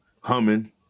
humming